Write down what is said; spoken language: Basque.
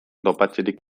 topatzerik